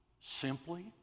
simply